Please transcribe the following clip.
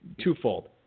twofold